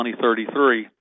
2033